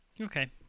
Okay